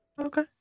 Okay